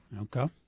Okay